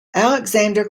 alexander